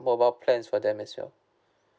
mobile plans for them as well